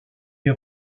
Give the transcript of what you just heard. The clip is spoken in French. est